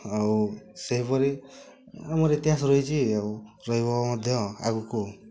ଆଉ ସେହିପରି ଆମର ଇତିହାସ ରହିଛି ଆଉ ରହିବ ମଧ୍ୟ ଆଗକୁ